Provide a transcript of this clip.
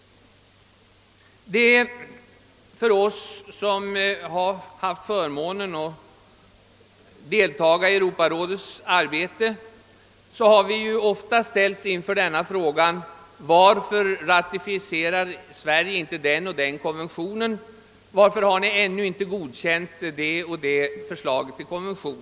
Vi som har haft förmånen att delta i Europarådets arbete har ofta ställts inför frågor som dessa: Varför ratificerar Sverige inte den och den konventionen? Varför har ni ännu inte godkänt det och det förslaget till konvention?